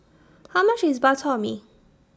How much IS Bak Chor Mee